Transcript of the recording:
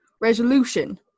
resolution